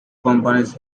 companies